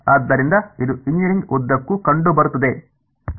ಆದ್ದರಿಂದ ಇದು ಎಂಜಿನಿಯರಿಂಗ್ ಉದ್ದಕ್ಕೂ ಕಂಡುಬರುತ್ತದೆ